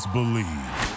Believe